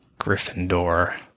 Gryffindor